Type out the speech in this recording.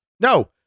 No